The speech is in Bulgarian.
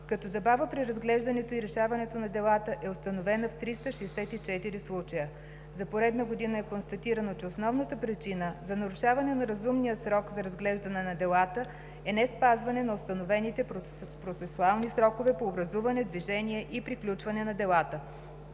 като забава при разглеждането и решаването на делата е установена в 364 случая. За поредна година е констатирано, че основната причина за нарушаване на разумния срок за разглеждане на делата е неспазване на установените процесуални срокове по образуване, движение и приключване на делата.